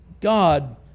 God